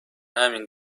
همین